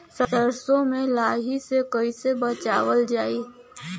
सरसो में लाही से कईसे बचावल जाई?